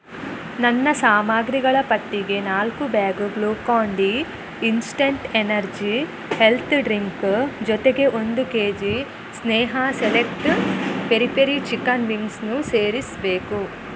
ನನ್ನ ಸಾಮಗ್ರಿಗಳ ಪಟ್ಟಿಗೆ ನಾಲ್ಕು bag Glucon D instant energy health drink ಜೊತೆಗೆ ಒಂದು K G Sneha select peri peri chicken ವಿಂಗ್ಸನ್ನೂ ಸೇರಿಸಬೇಕು